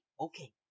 okay